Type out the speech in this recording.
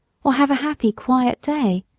or have a happy, quiet day.